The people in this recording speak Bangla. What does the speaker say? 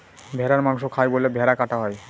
ভেড়ার মাংস খায় বলে ভেড়া কাটা হয়